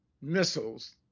missiles